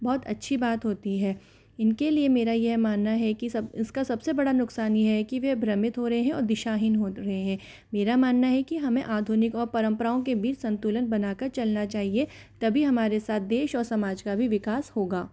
बहुत अच्छी बात होती है इनके लिए मेरा यह मानना है कि सब इसका सबसे बड़ा नुकसान यह है कि वह भ्रमित हो रहें हैं और दिशाहीन हो रहें हैं मेरा मानना है कि हमें आधुनिक और परम्पराओं के बीच संतुलन बनाकर चलना चाहिए तभी हमारे साथ देश और समाज का भी विकास होगा